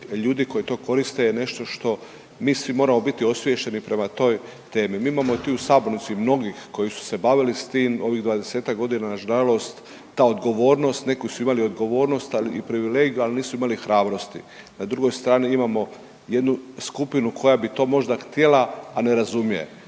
ljudi koji to koriste je nešto što mi svi moramo biti osviješteni prema toj temi. Mi imamo i u tu u sabornici mnogih koji su se bavili s tim, ovih 20-ak godina, nažalost ta odgovornost, neko su imali odgovornost, ali i privilegiju, ali nisu imali hrabrosti. Na drugoj strani imamo jednu skupinu koja bi to možda htjela, a ne razumije,